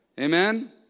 Amen